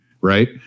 right